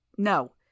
No